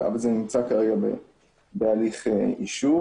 אבל זה נמצא כרגע בהליך אישור.